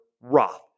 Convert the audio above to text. Roth